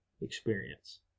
experience